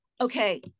okay